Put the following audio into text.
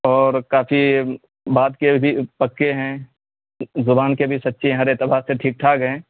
اور کافی بات کے بھی پکے ہیں زبان کے بھی سچے ہیں ہر اعتبار سے ٹھیک ٹھاک ہیں